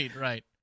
right